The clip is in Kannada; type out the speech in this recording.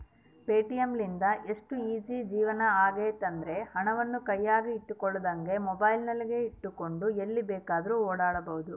ಪೆಟಿಎಂ ಲಿಂದ ಎಷ್ಟು ಈಜೀ ಜೀವನವಾಗೆತೆಂದ್ರ, ಹಣವನ್ನು ಕೈಯಗ ಇಟ್ಟುಕೊಳ್ಳದಂಗ ಮೊಬೈಲಿನಗೆಟ್ಟುಕೊಂಡು ಎಲ್ಲಿ ಬೇಕಾದ್ರೂ ಓಡಾಡಬೊದು